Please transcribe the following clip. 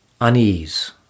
unease